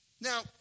Now